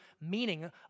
meaning